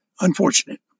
unfortunate